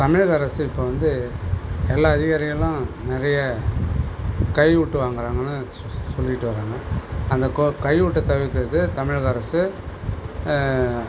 தமிழக அரசு இப்போ வந்து எல்லா அதிகாரிகளும் நிறைய கை ஊட்டு வாங்குறாங்கன்னு சொல்லிகிட்டு வராங்க அந்த கோ கை ஊட்டை தவிர்கிறது தமிழக அரசு